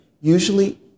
Usually